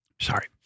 Sorry